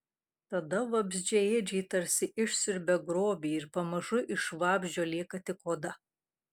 tada vabzdžiaėdžiai tarsi išsiurbia grobį ir pamažu iš vabzdžio lieka tik oda